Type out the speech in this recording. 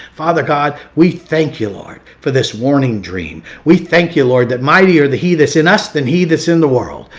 father, god, we thank you lord for this warning dream. we thank you, lord, that mighty are the he that's in us than he that's in the world.